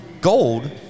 gold